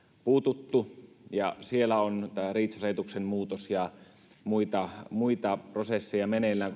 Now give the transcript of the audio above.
puututtu ja siellä on tämä reach asetuksen muutos ja muita muita prosesseja meneillään